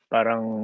Parang